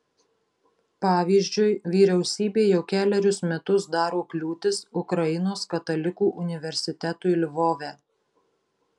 pavyzdžiui vyriausybė jau kelerius metus daro kliūtis ukrainos katalikų universitetui lvove